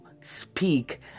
speak